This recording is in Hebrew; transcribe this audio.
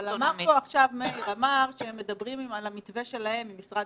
אבל אמר כאן עכשיו ראש העיר שהם מדברים על המתווה שלהם עם משרד